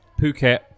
Phuket